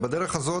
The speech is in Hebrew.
בדרך הזאת,